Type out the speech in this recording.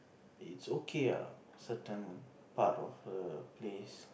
it's okay ah certain part of a place